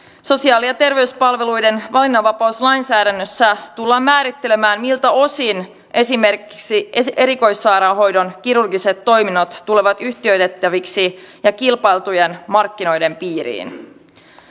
sosiaali ja terveyspalveluiden valinnanvapauslainsäädännössä tullaan määrittelemään miltä osin esimerkiksi erikoissairaanhoidon kirurgiset toiminnot tulevat yhtiöitettäviksi ja kilpailtujen markkinoiden piiriin